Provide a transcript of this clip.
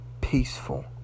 peaceful